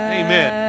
amen